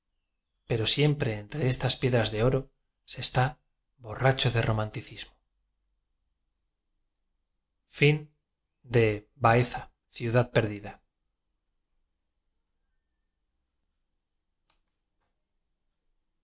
pero siempre entre estas piedras de oro se está borracho de romanticismo